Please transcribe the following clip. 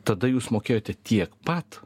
tada jūs mokėjote tiek pat